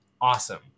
awesome